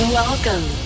welcome